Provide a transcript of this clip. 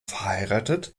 verheiratet